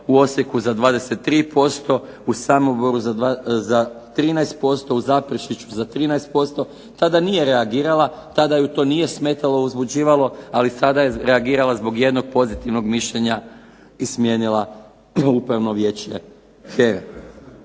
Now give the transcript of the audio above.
u Osijeku za 23%, u Samoboru za 13%, u Zaprešiću za 13%, tada nije reagirala, tada ju to nije smetalo, uzbuđivalo, ali sada je reagirala zbog jednog pozitivnog mišljenja i smijenila Upravno vijeće HERE.